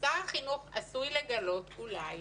שר החינוך עשוי לגלות אולי